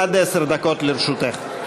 עד עשר דקות לרשותך.